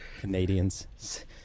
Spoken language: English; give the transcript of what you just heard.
Canadians